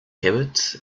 kibbutz